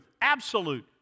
absolute